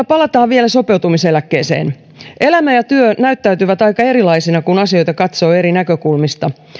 palataan vielä sopeutumiseläkkeeseen elämä ja työ näyttäytyvät aika erilaisina kun asioita katsoo eri näkökulmista